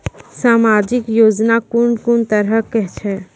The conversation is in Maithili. समाजिक योजना कून कून तरहक छै?